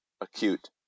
acute